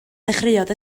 ddechreuodd